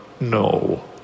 no